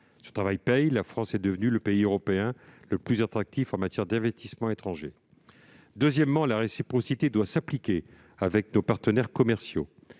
ces efforts paient : la France est devenue le pays européen le plus attractif en matière d'investissements étrangers. Deuxièmement, le principe de réciprocité doit s'appliquer à nos partenaires commerciaux.